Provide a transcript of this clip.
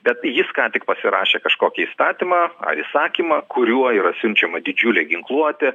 bet jis ką tik pasirašė kažkokį įstatymą ar įsakymą kuriuo yra siunčiama didžiulė ginkluotė